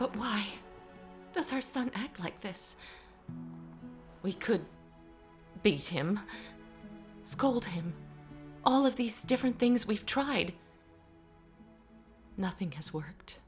but why does her son act like this we could beat him scold him all of these different things we've tried nothing has worked